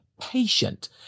patient